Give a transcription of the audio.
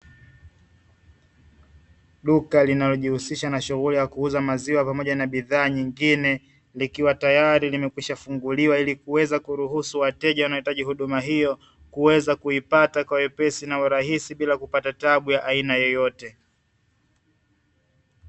Duka linalojishuhulisha na uzaji maziwa pamoja na bidhaa nyingine, likiwa tayari limeshaweza kufunguliwa ili kuweza kuruhusu wateja wa huduma hiyo kuweza kuipata kwa wepesi na urahisi bila kupata shida yeyote.